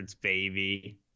baby